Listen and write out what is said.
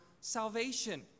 salvation